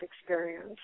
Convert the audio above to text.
experience